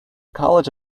college